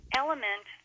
element